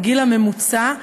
הגיל הממוצע,